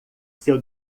seu